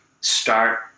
start